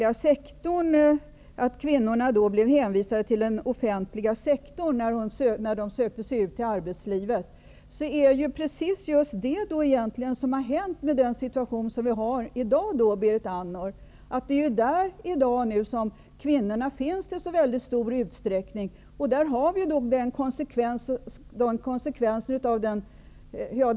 Att kvinnorna blev hänvisade till den offentliga sektorn när de sökte sig ut i arbetslivet är egentligen bakgrunden till den situation som vi har i dag, Berit Andnor. Det är därför som kvinnorna i så väldigt stor utsträckning finns inom den offentliga sektorn i dag.